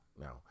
No